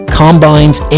combines